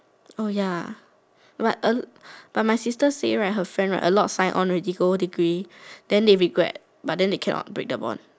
oh ya like a but my sister say right her friend right a lot sign on already go degree then they regret but they cannot break the bond